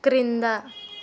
క్రింద